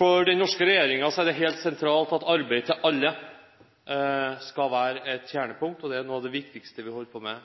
For den norske regjeringen er det helt sentralt at arbeid til alle skal være et kjernepunkt, og det er noe av det viktigste vi holder på med.